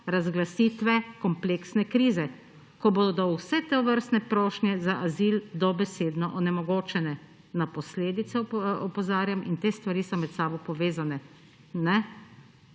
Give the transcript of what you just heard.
razglasitve kompleksne krize, ko bodo vse tovrstne prošnje za azil dobesedno onemogočeno. Na posledice opozarjam in te stvari so med seboj povezane.